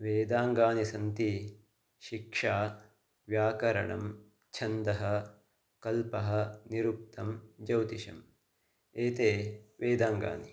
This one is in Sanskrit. वेदाङ्गानि सन्ति शिक्षा व्याकरणं छन्दः कल्पः निरुक्तं ज्यौतिषम् एतानि वेदाङ्गानि